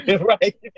Right